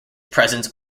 presence